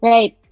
Right